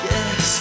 Yes